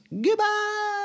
Goodbye